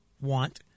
want